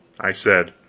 i said